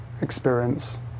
experience